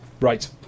Right